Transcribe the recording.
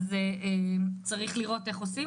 אז צריך לראות איך עושים,